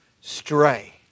stray